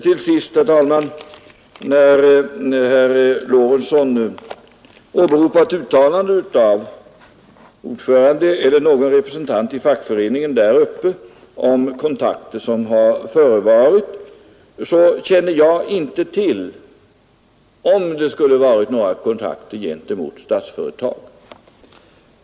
Till sist, herr talman, åberopar herr Lorentzon ett uttalande av en ordförande för fackföreningen där uppe om kontakter som skulle ha förevarit. Jag känner inte till om det har förekommit några kontakter med Statsföretag.